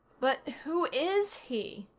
but who is he?